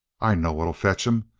i know what'll fetch him.